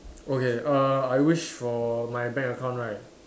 okay err I wish for my bank account right